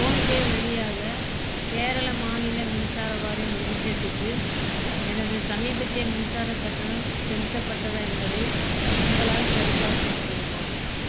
PhonePe வழியாக கேரள மாநில மின்சார வாரியம் லிமிடெட்டுக்கு எனது சமீபத்திய மின்சாரக் கட்டணம் செலுத்தப்பட்டதா என்பதை உங்களால் சரிபார்க்க முடியுமா